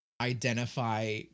identify